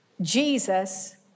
Jesus